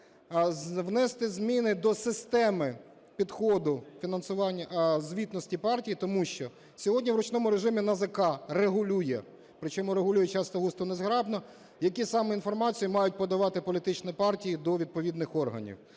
внести зміни до системи підходу фінансування звітності партій. Тому що сьогодні в ручному режимі НАЗК регулює, причому регулює часто-густо незграбно, яку саме інформацію мають подавати політичні партії до відповідних органів.